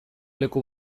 leku